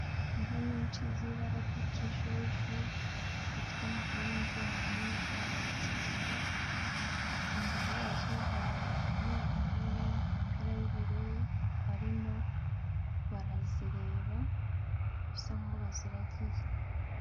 Inka nyinshi z'ibara ry'ikijuju, zifite amahembe manini akaye cyane, imbere yazo hari abantu bambaye imipira y'ubururu barimo barazireba, bisa nk'aho baziragiye.